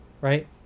right